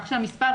הממשלה.